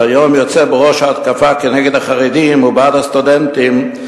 שהיום יוצא בראש ההתקפה כנגד החרדים ובעד הסטודנטים,